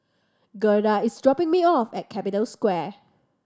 Gerda is dropping me off at Capital Square